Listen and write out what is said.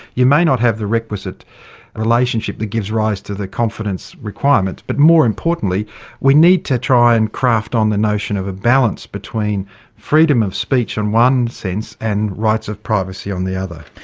you may not have the requisite relationship that gives rise to the confidence requirement, but more importantly we need to try and craft of the notion of a balance between freedom of speech in one sense and rights of privacy on the other.